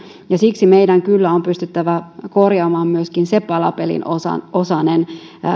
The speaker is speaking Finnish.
ja siksi meidän kyllä on pystyttävä korjaamaan myöskin se palapelin osanen osanen